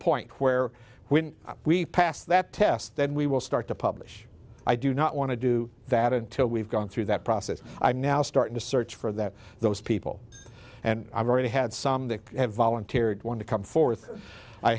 point where when we pass that test then we will start to publish i do not want to do that until we've gone through that process i now start to search for that those people and i've already had some that have volunteered want to come forth i